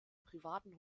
privaten